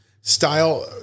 Style